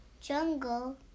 Jungle